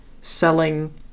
selling